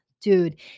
dude